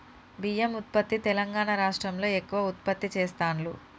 బియ్యం ఉత్పత్తి తెలంగాణా రాష్ట్రం లో ఎక్కువ ఉత్పత్తి చెస్తాండ్లు